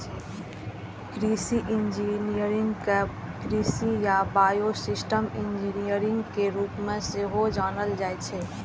कृषि इंजीनियरिंग कें कृषि आ बायोसिस्टम इंजीनियरिंग के रूप मे सेहो जानल जाइ छै